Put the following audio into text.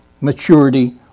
maturity